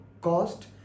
cost